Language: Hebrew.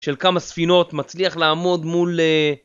של כמה ספינות מצליח לעמוד מול...